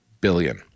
billion